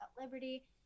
liberty